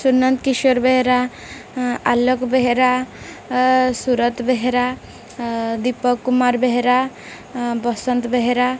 Sunanta Kishore Behera Alok Behera Surat Behera Deepak Kumar Behera Basanta Behera